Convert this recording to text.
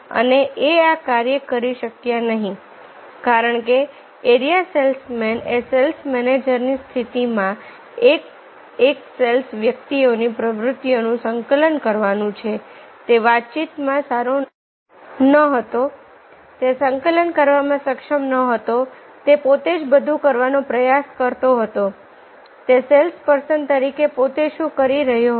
અને એ આ કાર્ય કરી શક્યો નહીં કારણકે એરીયા સેલ્સમેન એ સેલ્સ મેનેજર ની સ્થિતિમાંએક એક સેલ્સ વ્યક્તિઓની પ્રવૃત્તિનું સંકલન કરવાનું છેતે વાતચીતમાં સારો નહોતો તે સંકલન કરવામાં સક્ષમ ન હતો તે પોતે જ બધું કરવાનો પ્રયાસ કરતો હતો તે સેલ્સ પર્સન તરીકે પોતે શું કરી રહ્યો હતો